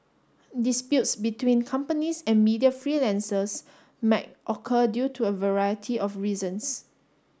disputes between companies and media freelancers might occur due to a variety of reasons